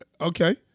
Okay